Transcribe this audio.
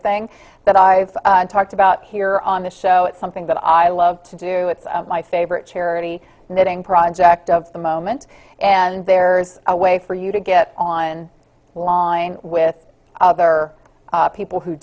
thing that i've talked about here on the show it's something that i love to do it's my favorite charity knitting project of the moment and there's a way for you to get on line with other people who